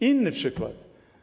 Inny przykład.